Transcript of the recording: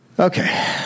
Okay